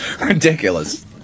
ridiculous